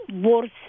worse